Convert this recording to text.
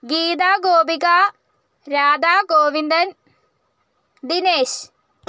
Geetha Gopika Radha Govindan Dinesh